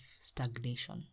stagnation